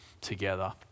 together